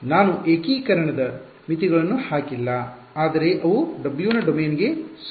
ನಾನು ಏಕೀಕರಣದ ಮಿತಿಗಳನ್ನು ಹಾಕಿಲ್ಲ ಆದರೆ ಅವು w ನ ಡೊಮೇನ್ಗೆ ಸೂಚ್ಯವಾಗಿ ಅನುಗುಣವಾಗಿರುತ್ತವೆ